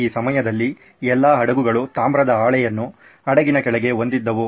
ಈ ಸಮಯದಲ್ಲಿ ಎಲ್ಲಾ ಹಡಗುಗಳು ತಾಮ್ರದ ಹಾಳೆಯನ್ನು ಹಡಗಿನ ಕೆಳಗೆ ಹೊಂದಿದ್ದವು